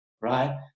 right